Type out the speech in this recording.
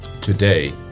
Today